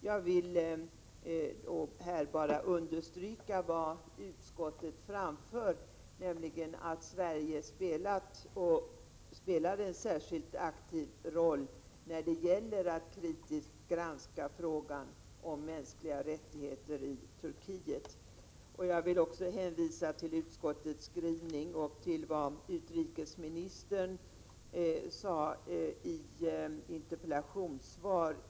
Jag vill här bara understryka vad utskottet framför, nämligen att Sverige har spelat och spelar en särskilt aktiv roll när det gäller att kritiskt granska frågan om mänskliga rättigheter i Turkiet. Jag vill också hänvisa till utskottets skrivning och till vad utrikesministern i våras sade i ett interpellationssvar.